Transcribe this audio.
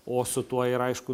o su tuo ir aišku